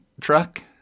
truck